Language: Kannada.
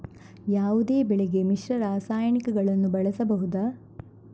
ಯಾವುದೇ ಬೆಳೆಗೆ ಮಿಶ್ರ ರಾಸಾಯನಿಕಗಳನ್ನು ಬಳಸಬಹುದಾ?